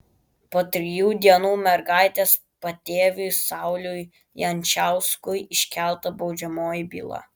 po trijų dienų mergaitės patėviui sauliui jančiauskui iškelta baudžiamoji byla